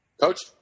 Coach